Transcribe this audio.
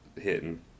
hitting